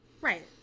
Right